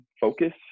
focus